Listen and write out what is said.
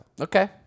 okay